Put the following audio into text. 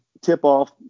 tip-off